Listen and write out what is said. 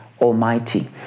Almighty